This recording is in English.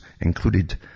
included